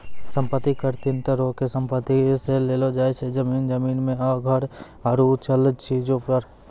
सम्पति कर तीन तरहो के संपत्ति से लेलो जाय छै, जमीन, जमीन मे घर आरु चल चीजो पे